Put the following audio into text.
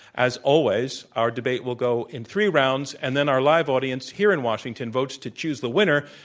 as always, our debate will go in three rounds, and then our live audience here in washington votes to choose the winner,